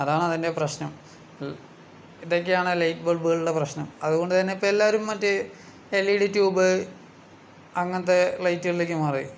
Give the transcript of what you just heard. അതാണ് അതിൻ്റെ പ്രശ്നം ഇതൊക്കെയാണ് ലൈറ്റ് ബൾബുകളുടെ പ്രശ്നം അതുകൊണ്ട് തന്നെ ഇപ്പം എല്ലാവരും മറ്റേ എൽ ഇ ഡി ട്യൂബ് അങ്ങനത്തെ ലൈറ്റുകളിലേക്ക് മാറി